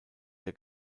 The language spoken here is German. der